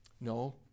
No